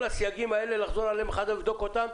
הסייגים האלה לחזור עליהם ולבדוק אותם,